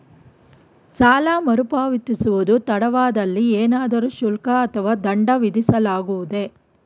ಸಾಲ ಮರುಪಾವತಿಸುವುದು ತಡವಾದಲ್ಲಿ ಏನಾದರೂ ಶುಲ್ಕ ಅಥವಾ ದಂಡ ವಿಧಿಸಲಾಗುವುದೇ?